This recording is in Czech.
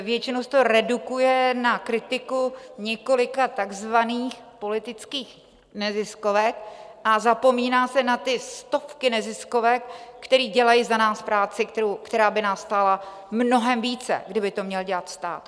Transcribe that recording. Většinou se to redukuje na kritiku několika takzvaných politických neziskovek a zapomíná se na ty stovky neziskovek, které dělají za nás práci, která by nás stála mnohem více, kdyby to měl dělat stát.